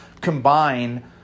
combine